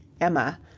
Emma